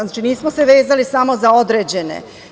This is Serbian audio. Znači, nismo se vezali samo za određene.